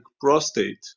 prostate